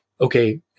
okay